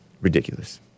Ridiculous